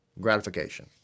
gratification